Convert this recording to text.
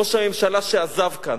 ראש הממשלה שעזב כאן,